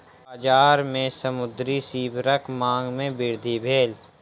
बजार में समुद्री सीवरक मांग में वृद्धि भेल